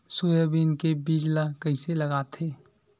Soybean के बीज ल कइसे लगाथे?